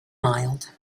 mild